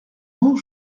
bourg